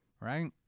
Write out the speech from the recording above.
right